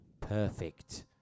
Perfect